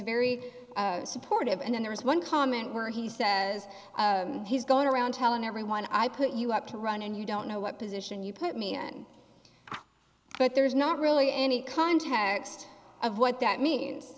very supportive and there was one comment where he says he's going around telling everyone i put you up to run and you don't know what position you put me in but there's not really any context of what that means